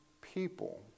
people